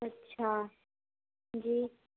اچھا جی